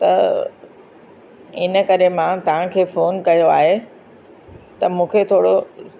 त इन करे मां तव्हां खे फ़ोन कयो आहे त मूंखे थोरो